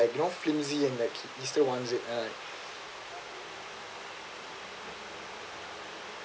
like you know flimsy and like he still wants it then I'm like